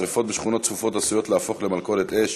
שרפות בשכונות צפופות עשויות להפוך למלכודות אש,